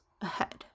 ahead